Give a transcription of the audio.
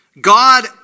God